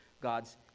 God's